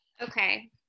Okay